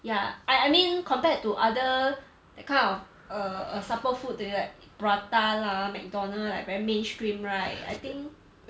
yeah I I mean compared to other that kind of err err supper food the like prata lah Mcdonald like very mainstream right I think